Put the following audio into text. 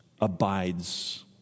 abides